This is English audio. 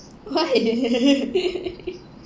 why